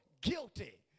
guilty